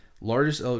Largest